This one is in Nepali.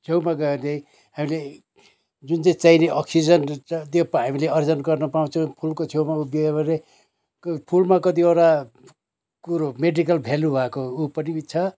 छेउमा गयो भने हामीले जुन चाहिँ चाहिने अक्सिजन त्यो हामीले आर्जन गर्न पाउँछौँ फुलको छेउमा उभियो भने फुलमा कतिवटा कुरो मेडिकल भ्यालू भएको ऊ पनि छ